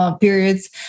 Periods